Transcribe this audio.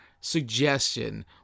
suggestion